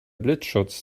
blitzschutz